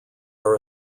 are